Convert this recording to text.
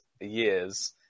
years